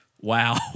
wow